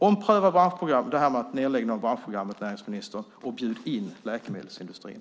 Ompröva nedläggningen av branschprogrammet, näringsministern, och bjud in läkemedelsindustrin.